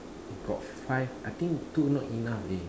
got five I think two not enough leh